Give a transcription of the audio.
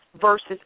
versus